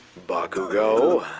bakugo.